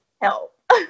help